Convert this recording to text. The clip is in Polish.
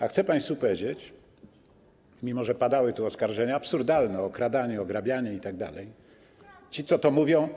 A chcę państwu powiedzieć - mimo że padały tu oskarżenia absurdalne, o okradanie, ograbianie itd., a ci, co to mówią.